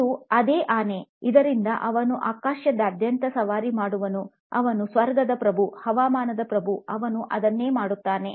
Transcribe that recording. ಇದು ಅದೇ ಆನೆ ಇದರಿಂದ ಅವನು ಆಕಾಶದಾದ್ಯಂತ ಸವಾರಿ ಮಾಡುವನು ಅವನು ಸ್ವರ್ಗದ ಪ್ರಭು ಹವಾಮಾನದ ಪ್ರಭು ಮತ್ತು ಅವನು ಅದನ್ನೇ ಮಾಡುತ್ತಾನೆ